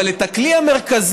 אבל את הכלי המרכזי,